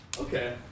okay